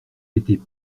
été